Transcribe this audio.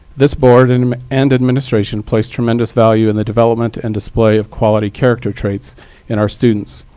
this board and and administration place tremendous value in the development and display of quality character traits in our students.